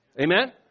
amen